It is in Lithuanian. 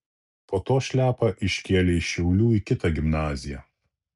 po to šliapą iškėlė iš šiaulių į kitą gimnaziją